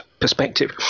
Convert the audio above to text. perspective